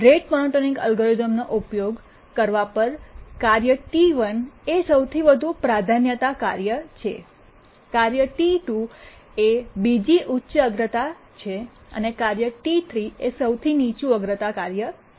rate monotonic એલ્ગોરિધમનો ઉપયોગ કરવા પર કાર્ય T1 ટી૧ એ સૌથી વધુ પ્રાધાન્યતા કાર્ય છે કાર્ય T2 ટી૨ એ બીજી ઉચ્ચ અગ્રતા છે અને કાર્ય T3 ટી૩ એ સૌથી નીચું અગ્રતા કાર્ય છે